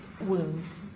wounds